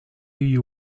you